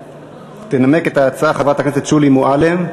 התשע"ג 2013. תנמק את ההצעה חברת הכנסת שולי מועלם-רפאלי,